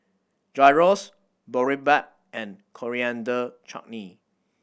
Gyros Boribap and Coriander Chutney